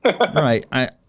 Right